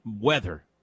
weather